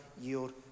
yield